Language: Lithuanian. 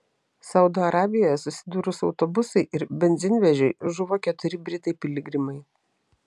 saudo arabijoje susidūrus autobusui ir benzinvežiui žuvo keturi britai piligrimai